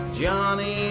Johnny